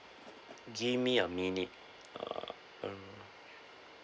gimme a minute um